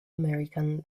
american